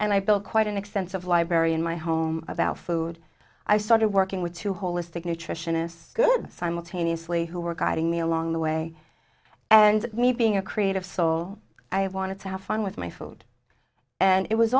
and i built quite an extensive library in my home about food i started working with two holistic nutritionist good simultaneously who were guiding me along the way and me being a creative soul i wanted to have fun with my food and it was